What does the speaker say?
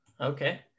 Okay